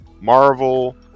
Marvel